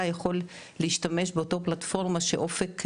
יכול להשתמש באותה פלטפורמה שאופק יצר,